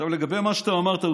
לגבי מה שאמרת,